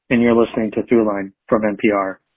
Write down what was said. and you're listening to throughline from npr